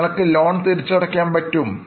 നിങ്ങൾക്ക് ലോൺ തിരിച്ചടയ്ക്കാൻ പറ്റും